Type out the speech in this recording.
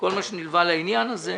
וכל מה שנלווה לעניין הזה.